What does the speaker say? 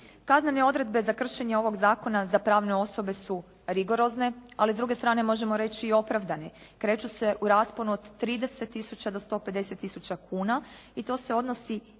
Kaznene odredbe za kršenje ovog zakona za pravne osobe su rigorozne, ali s druge strane možemo reći i opravdane. Kreću se u rasponu od 30000 do 150000 kuna i to se odnosi i na